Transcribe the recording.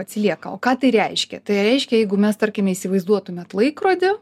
atsilieka o ką tai reiškia tai reiškia jeigu mes tarkime įsivaizduotumėt laikrodį